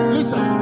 Listen